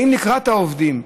באים לקראת העובדים,